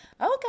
Okay